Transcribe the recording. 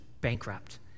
bankrupt